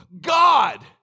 God